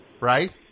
right